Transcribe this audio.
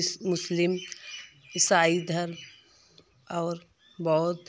मुस्लिम ईसाई धर्म और बौद्ध